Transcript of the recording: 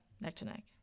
neck-to-neck